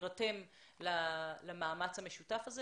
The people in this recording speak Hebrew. להירתם למאמץ המשותף הזה